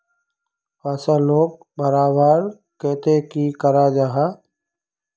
फसलोक बढ़वार केते की करा जाहा?